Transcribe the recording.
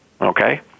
Okay